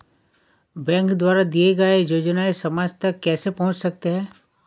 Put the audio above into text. Bank द्वारा दिए गए योजनाएँ समाज तक कैसे पहुँच सकते हैं?